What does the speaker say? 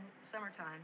Summertime